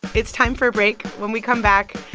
it's time for a break. when we come back,